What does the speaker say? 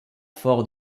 fort